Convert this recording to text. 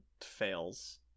fails